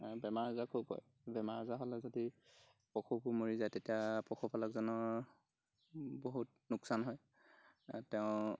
বেমাৰ আজাৰ খুব হয় বেমাৰ আজাৰ হ'লে যদি পশুবোৰ মৰি যায় তেতিয়া পশুপালকজনৰ বহুত লোকচান হয় তেওঁ